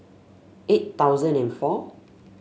eight thousand and four